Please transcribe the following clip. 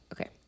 Okay